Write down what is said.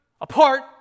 apart